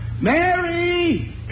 Mary